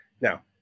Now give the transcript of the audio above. Now